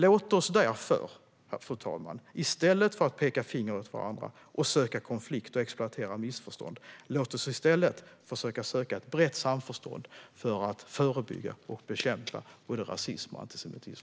Låt oss därför, fru talman, i stället för att peka finger åt varandra, söka konflikt och exploatera missförstånd försöka söka ett brett samförstånd för att förebygga och bekämpa både rasism och antisemitism.